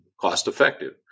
cost-effective